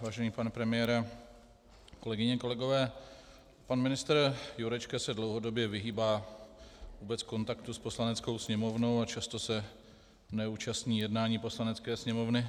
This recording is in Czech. Vážený pane premiére, kolegyně a kolegové, pan ministr Jurečka se dlouhodobě vyhýbá vůbec kontaktu s Poslaneckou sněmovnou a často se neúčastní jednání Poslanecké sněmovny.